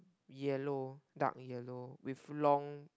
yellow dark yellow with long